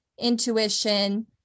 intuition